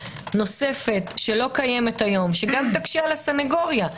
נוספת שלא קיימת היום שגם תקשה על הסנגוריה.